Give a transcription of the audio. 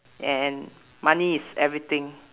and money is everything